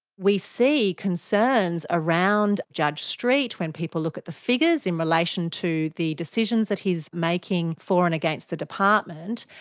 we see concerns around judge street when people look at the figures in relation to the decisions that he's making for and against the department.